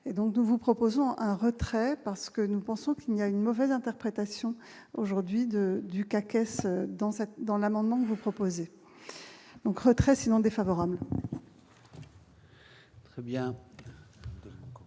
et donc, nous vous proposons un retrait parce que nous pensons qu'il n'y a une mauvaise interprétation aujourd'hui de du dans cette dans l'amendement que vous proposez donc retrait défavorable. Madame Damico,